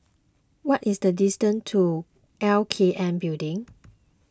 what is the distance to L K N Building